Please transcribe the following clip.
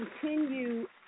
continue